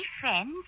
friends